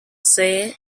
said